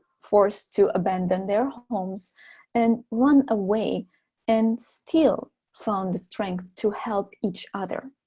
forced to abandon their homes and run away and still found the strength to help each other